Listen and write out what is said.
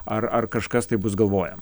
ar ar kažkas tai bus galvojam